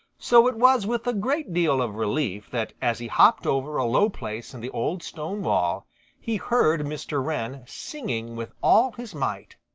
so it was with a great deal of relief that as he hopped over a low place in the old stone wall he heard mr. wren singing with all his might.